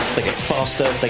they get faster, they